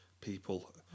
people